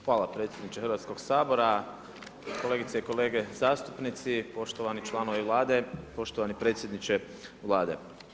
Hvala predsjedniče Hrvatskoga sabora, kolegice i kolege zastupnici, poštovani članovi Vlade, poštovani predsjedniče Vlade.